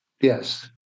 Yes